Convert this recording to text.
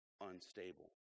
unstable